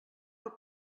pel